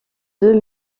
deux